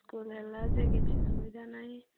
school ହେଲା ଯେ ସୁବିଧା ନାହିଁ